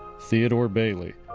theodore bailey.